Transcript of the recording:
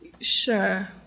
Sure